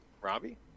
Robbie